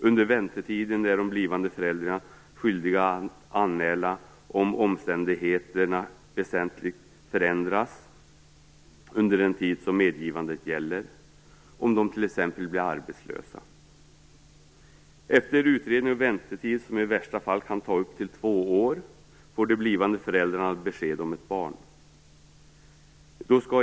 Under väntetiden är de blivande föräldrarna skyldiga att anmäla om omständigheterna väsentligt förändras under den tid medgivandet gäller, t.ex. om de blir arbetslösa. Efter utredning och väntetid, som i värsta fall kan ta upp till två år, får de blivande föräldrarna besked om ett barn.